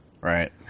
right